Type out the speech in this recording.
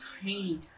tiny